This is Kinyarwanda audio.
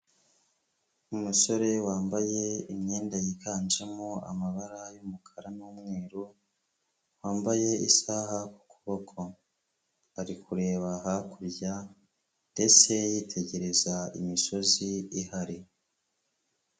Umusore wambaye imyenda yiganjemo amabara y'umukara n'umweru, wambaye isaha ku kuboko. Ari kureba hakurya ndetse yitegereza imisozi ihari.